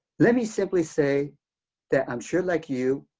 let me simply say that i'm sure, like you,